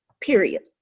period